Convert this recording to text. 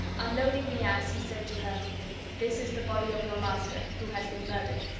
unloading the ass, he said to her this is the body of your master, who has been murdered,